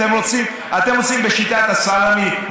אתם רוצים בשיטת הסלאמי,